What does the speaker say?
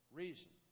reason